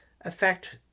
affect